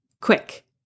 quick